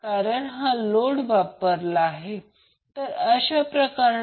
तर लोड 2 0